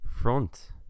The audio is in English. front